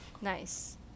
Nice